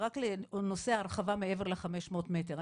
אבל רק לנושא ההרחבה מעבר לחמש מאות מטר,